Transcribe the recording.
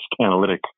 analytic